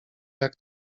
jak